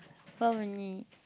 four only